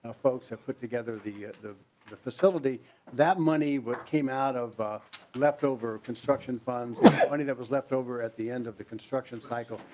ah folks have put together the the the facility that money what came out of a leftover construction funds money that was left over at the end of the construction cycle.